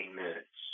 minutes